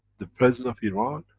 the president of iran,